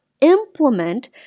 implement